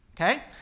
Okay